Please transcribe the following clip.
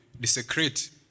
desecrate